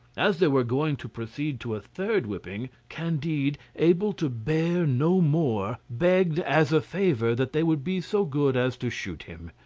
as they were going to proceed to a third whipping, candide, able to bear no more, begged as a favour that they would be so good as to shoot him.